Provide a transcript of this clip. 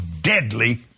deadly